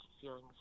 feelings